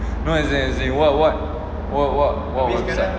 no as in as in what what what what what was it